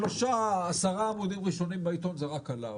3-10 עמודים ראשונים בעיתון זה רק עליו,